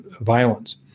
violence